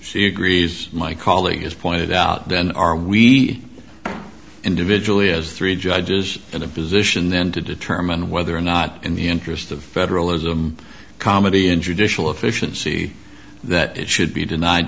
she agrees my colleague has pointed out then are we individually as three judges in a position then to determine whether or not in the interest of federalism comedy in judicial efficiency that it should be denied